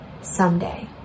someday